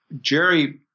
Jerry